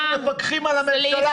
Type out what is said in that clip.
אנחנו מפקחים על הממשלה,